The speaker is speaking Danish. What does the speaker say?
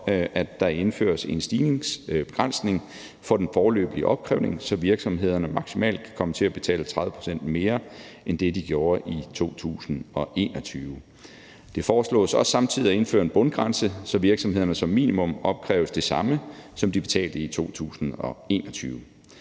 at der indføres en stigningsbegrænsning for den foreløbige opkrævning, så virksomhederne maksimalt kan komme til at betale 30 pct. mere end det, de gjorde i 2021. Det foreslås også samtidig at indføre en bundgrænse, så virksomhederne som minimum opkræves det samme, som de betalte i 2021.